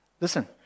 Listen